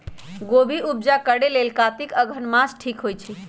गोभि उपजा करेलेल कातिक अगहन मास ठीक होई छै